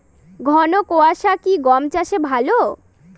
ঘন কোয়াশা কি গম চাষে ভালো?